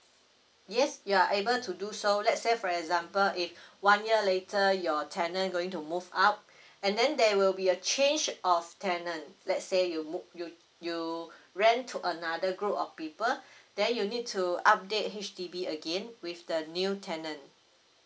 yes you are able to do so let's say for example if one year later your tenant going to move out and then there will be a change of tenant let's say you move~ you you rent to another group of people then you need to update H_D_B again with the new tenant